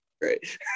great